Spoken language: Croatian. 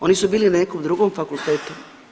Oni su bili ne nekom drugom fakultetu?